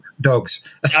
dogs